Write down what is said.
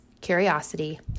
curiosity